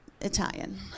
Italian